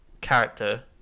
character